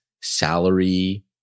salary